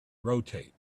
rotate